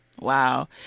Wow